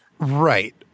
Right